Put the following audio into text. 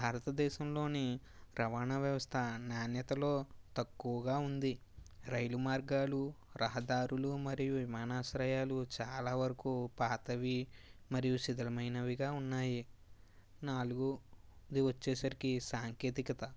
భారతదేశంలోని రవాణా వ్యవస్థ నాణ్యతలో తక్కువగా ఉంది రైలు మార్గాలు రహదారులు మరియు విమానాశ్రయాలు చాలా వరకు పాతవి మరియు శిథిలమైనవిగా ఉన్నాయి నాలుగు ది వచ్చేసరికి సాంకేతికత